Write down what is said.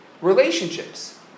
relationships